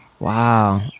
Wow